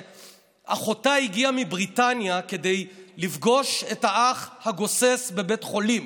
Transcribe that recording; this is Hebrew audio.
שאחותה הגיעה מבריטניה כדי לפגוש את האח הגוסס בבית חולים.